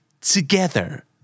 together